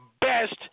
best